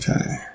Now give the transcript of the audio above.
Okay